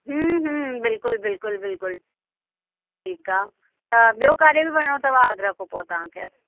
हम्म हम्म बिल्कुलु बिल्कुलु बिल्कुलु ठीकु आहे त ॿियो काॾहें बि वञिणो अथव आगरा खां पोइ तव्हांखे